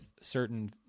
certain